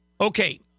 Okay